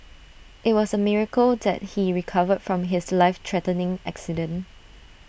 IT was A miracle that he recovered from his life threatening accident